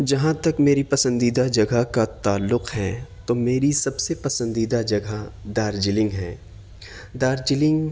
جہاں تک میری پسندیدہ جگہ کا تعلق ہیں تو میری سب سے پسندیدہ جگہ دارجلنگ ہیں دارجلنگ